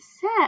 set